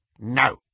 No